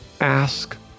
Ask